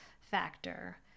factor